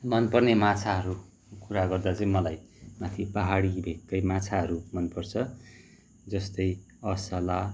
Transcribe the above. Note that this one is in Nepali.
मन पर्ने माछाहरूको कुरा गर्दा चाहिँ मलाई माथि पहाडी भेककै माछाहरू मन पर्छ जस्तै असला